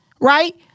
Right